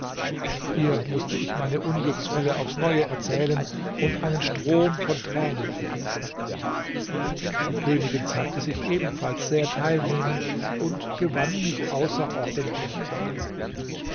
hier mußte ich meine unglücksfälle aufs neue erzählen und einen strom von tränen vergießen die königin zeigte sich ebenfalls sehr teilnehmend und gewann mich außerordentlich lieb